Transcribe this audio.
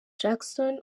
jackson